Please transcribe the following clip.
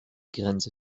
grenze